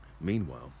meanwhile